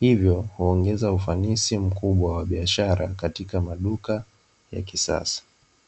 hivyo huongeza ufanisi mkubwa wa biashara katika maduka ya kisasa.